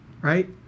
right